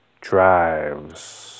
drives